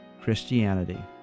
Christianity